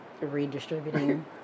redistributing